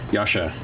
Yasha